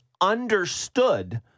understood